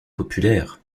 populaire